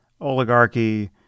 oligarchy